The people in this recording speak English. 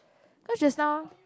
cause just now